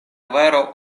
rivero